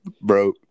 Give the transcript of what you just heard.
Bro